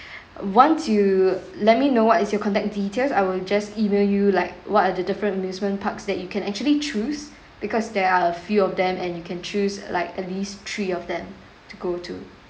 once you let me know what is your contact details I will just email you like what are the different amusement parks that you can actually choose because there are a few of them and you can choose like at least three of them to go to